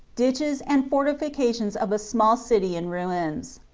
ditches, and fortifications of a small city in ruins.